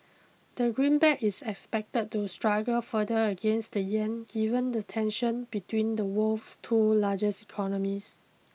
the green back is expected to struggle further against the yen given the tension between the world's two largest economies